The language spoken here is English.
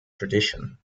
tradition